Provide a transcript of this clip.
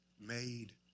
made